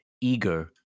eager